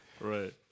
Right